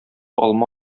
алма